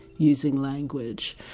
using language,